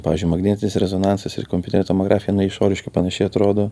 pavyzdžiui magnetinis rezonansas ir kompiuterinė tomografija jinai išoriškai panašiai atrodo